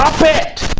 fit